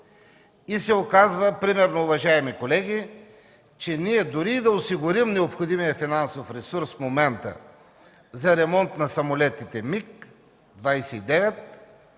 и се оказва, примерно, уважаеми колеги, че в момента дори и да осигурим необходимия финансов ресурс за ремонт на самолетите „Миг-29”,